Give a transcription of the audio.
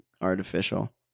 artificial